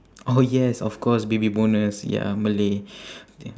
oh yes of course baby bonus ya malay